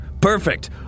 Perfect